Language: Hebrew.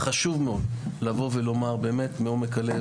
חשוב מאוד לבוא ולומר באמת מעומק הלב